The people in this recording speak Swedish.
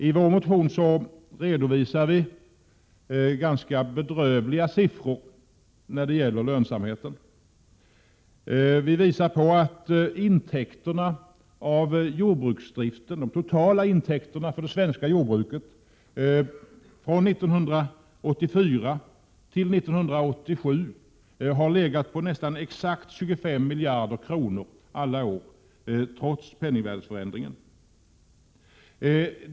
I vår motion redovisar vi ganska bedrövliga siffror i fråga om lönsamheten. Vi visar att de totala intäkterna för det svenska jordbruket från 1984 till år 1987 legat på nästan exakt 25 miljarder kronor alla år, trots penningvärdesförsämringen.